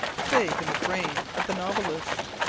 save in the brain of the novelist!